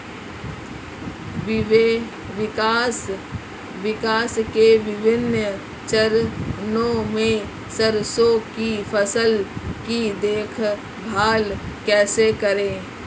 विकास के विभिन्न चरणों में सरसों की फसल की देखभाल कैसे करें?